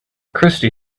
christy